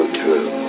true